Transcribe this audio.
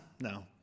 no